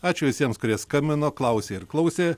ačiū visiems kurie skambino klausė ir klausė